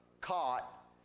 caught